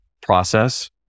process